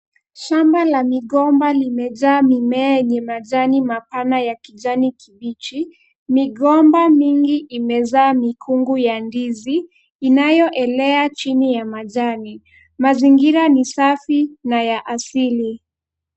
Shamba la migomba limejaa mimea yenye majani mapana ya kijani kibichi, migomba mingi imezaa mikungu ya ndizi, inayoelea chini ya majani, mazingira ni safi na ya asili.